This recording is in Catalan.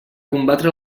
combatre